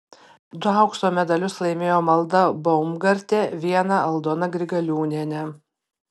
du aukso medalius laimėjo malda baumgartė vieną aldona grigaliūnienė